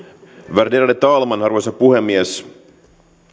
värderade talman arvoisa puhemies